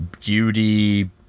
beauty